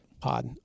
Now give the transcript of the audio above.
pod